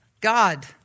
God